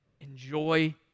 enjoy